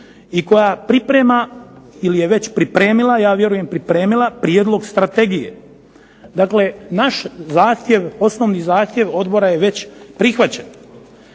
i koja priprema ili je već pripremila, ja vjerujem pripremila prijedlog strategije. Dakle naš zahtjev, osnovni zahtjev odbora je već prihvaćen.